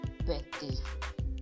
Birthday